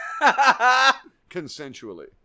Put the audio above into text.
Consensually